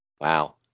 Wow